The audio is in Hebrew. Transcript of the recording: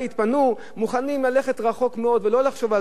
מוכנים ללכת רחוק מאוד ולא לחשוב על טובת העניין,